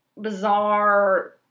bizarre